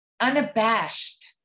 unabashed